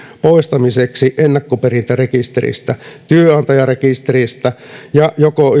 poistamiseksi ennakkoperintärekisteristä työnantajarekisteristä ja